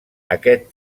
aquest